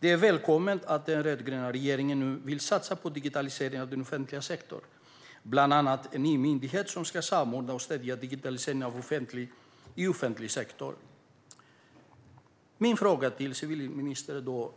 Det är välkommet att den rödgröna regeringen nu vill satsa på digitalisering av den offentliga sektorn. Bland annat ska en ny myndighet samordna och stödja digitaliseringen i offentlig sektor. Min fråga till civilministern är: